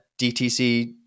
DTC